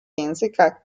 języka